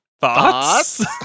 Thoughts